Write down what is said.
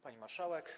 Pani Marszałek!